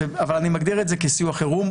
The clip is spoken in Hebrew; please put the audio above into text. אבל אני מגדיר את זה כסיוע חירום.